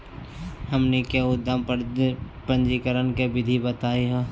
हमनी के उद्यम पंजीकरण के विधि बताही हो?